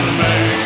man